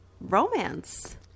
romance